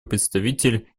представитель